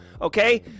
Okay